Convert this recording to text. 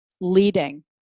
leading